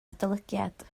adolygiad